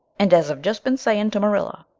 and as i've just been sayin' to marilla,